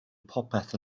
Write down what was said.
popeth